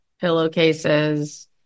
pillowcases